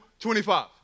25